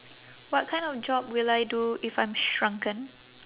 what kind of job will I do if I'm shrunken